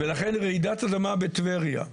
ולכן רעידת אדמה בטבריה,